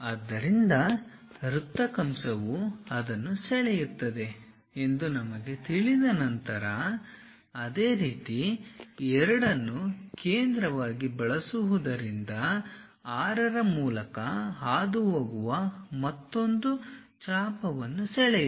ಆದ್ದರಿಂದ ವೃತ್ತ ಕಂಸವು ಅದನ್ನು ಸೆಳೆಯುತ್ತದೆ ಎಂದು ನಮಗೆ ತಿಳಿದ ನಂತರ ಅದೇ ರೀತಿ 2 ಅನ್ನು ಕೇಂದ್ರವಾಗಿ ಬಳಸುವುದರಿಂದ 6 ರ ಮೂಲಕ ಹಾದುಹೋಗುವ ಮತ್ತೊಂದು ಚಾಪವನ್ನು ಸೆಳೆಯಿರಿ